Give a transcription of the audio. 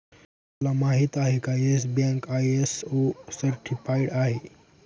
तुम्हाला माहिती आहे का, येस बँक आय.एस.ओ सर्टिफाइड आहे